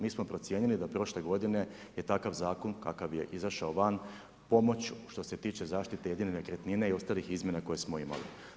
Mi smo procijenili da prošle godine je takav zakon kakav je izašao van pomoću, što se tiče zaštite jedine nekretnine i ostalih izmjena koje smo imali.